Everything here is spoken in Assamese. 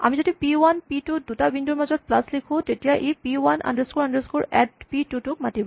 যদি আমি পি ৱান পি টু দুটা বিন্দুৰ মাজত প্লাচ লিখোঁ তেতিয়া ই P one underscore underscore add P two ক মাতিব